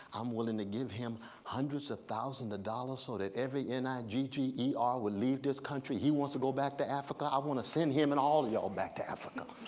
i'm willing to give him hundreds of thousands of dollars so that every n i g g e r will leave this country. he wants to go back to africa. i want to send him and all of y'all back to africa.